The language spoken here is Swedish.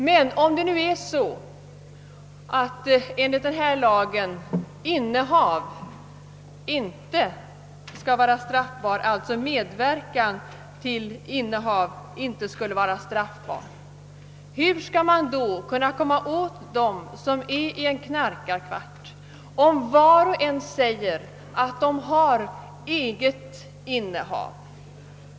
Men om det nu är så, att enligt denna lag medverkan till innehav inte skall vara straffbar, hur skall man då kunna komma åt dem som är i en knarkarkvart, om var och en säger att det är hans eget innehav.